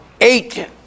eight